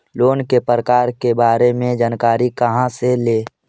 Loan के प्रकार के बारे मे जानकारी कहा से ले?